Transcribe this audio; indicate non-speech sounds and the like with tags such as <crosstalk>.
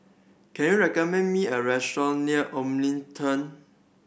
can you recommend me a restaurant near Omni <unintelligible>